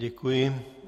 Děkuji.